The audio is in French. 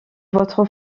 votre